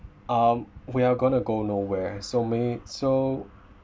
um we're gonna go nowhere so may~ so